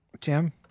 Tim